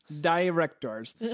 Directors